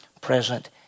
present